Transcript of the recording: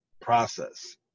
process